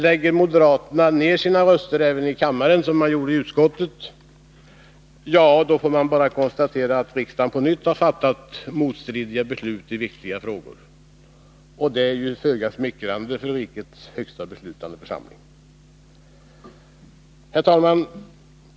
Lägger moderaterna ner sina röster även i kammaren, som de gjorde i utskottet, är det bara att konstatera att riksdagen på nytt fattar motstridiga beslut i viktiga frågor, och det är föga smickrande för rikets högsta beslutande församling. Herr talman!